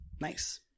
Nice